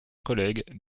collègues